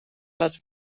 les